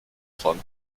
von